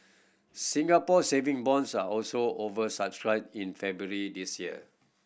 Singapore Saving Bonds are also over subscribed in February this year